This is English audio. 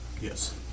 Yes